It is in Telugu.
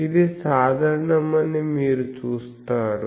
ఇది సాధారణమని మీరు చూస్తారు